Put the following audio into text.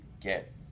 get